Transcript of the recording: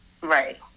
right